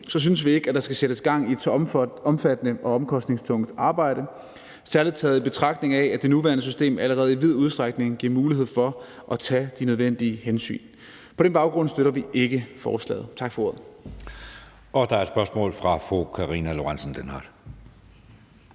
synes vi ikke, at der skal sættes gang i et så omfattende og omkostningstungt arbejde, særlig taget i betragtning at det nuværende system allerede i vid udstrækning giver mulighed for at tage de nødvendige hensyn. På den baggrund støtter vi ikke forslaget. Tak for ordet. Kl. 16:46 Anden næstformand (Jeppe Søe):